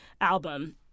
album